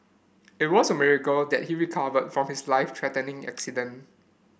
it was a miracle that he recovered from his life threatening accident